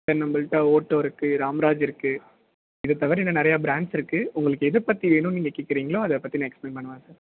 sir நம்பள்கிட்ட Otto இருக்குது ராம்ராஜ் இருக்குது இது தவிர இன்னும் நிறையா ப்ராண்ட்ஸ் இருக்குது உங்களுக்கு எது பற்றி வேணும்னு நீங்கள் கேட்கறீங்களோ அதை பற்றி நான் எக்ஸ்ப்ளைன் பண்ணுவேன் சார்